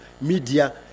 media